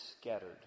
scattered